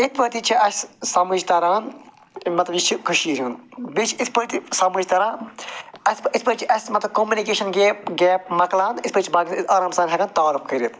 اِتھ پٲٹھۍ تہِ چھِ اَسہِ سَمجھ تران مطلب یہِ چھِ کٔشیٖرِ ہُنٛد بیٚیہِ چھِ اِتھ پٲٹھۍ تہِ سَمجھ تران اَسہِ اِتھ پٲٹھۍ چھِ اَسہِ مطلب کمنِکیشَن گے گیپ مکلان تہٕ اِتھ پٲٹھۍ چھِ باقِیَن سۭتۍ أسۍ آرام سان ہٮ۪کان تعارُف کٔرِتھ